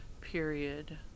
period